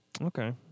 Okay